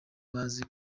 bazi